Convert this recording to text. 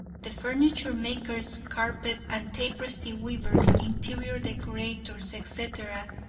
the furniture makers, carpet and tapestry weavers, interior decorators, etc,